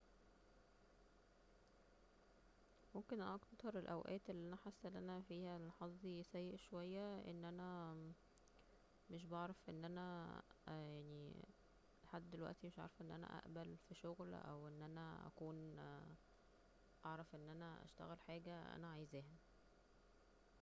ممكن اكتر الأوقات اللي انا حاسة فيها أن حظي سيء شوية أن أنا مش بعرف أن أنا يعني لحد دلوقتي مش عارفة أنا اقبل في شغل أو أن أنا اكون اعرف أن أنا اشتغل حاجة أنا عايزاها